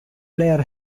player